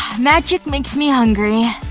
magic makes me hungry